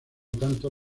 tanto